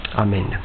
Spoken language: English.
Amen